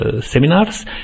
seminars